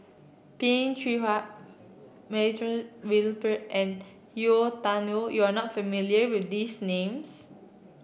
Peh Chin Hua Montague William Pett and Yau Tian Yau you are not familiar with these names